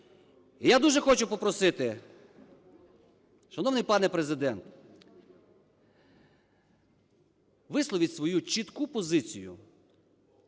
я дуже хочу попросити, шановний пане Президент, висловіть свою чітку позицію,